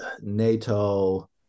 NATO